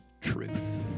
truth